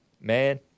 man